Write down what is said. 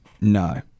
no